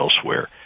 elsewhere